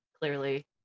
clearly